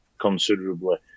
considerably